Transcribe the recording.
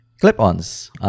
Clip-ons